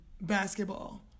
basketball